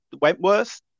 Wentworth